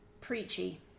Preachy